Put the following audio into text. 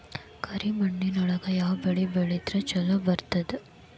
ಕರಿಮಣ್ಣೊಳಗ ಯಾವ ಬೆಳಿ ಬೆಳದ್ರ ಛಲೋ ಬರ್ತದ?